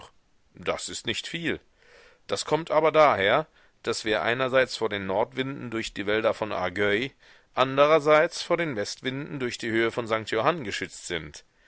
das ist nicht viel das kommt aber daher daß wir einerseits vor den nordwinden durch die wälder von argueil andrerseits vor den westwinden durch die höhe von sankt johann geschützt sind